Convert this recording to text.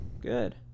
Good